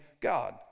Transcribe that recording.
God